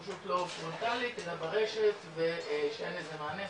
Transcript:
פשוט לא פרונטאלית אלא ברשת ושאין לזה מענה,